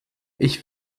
ich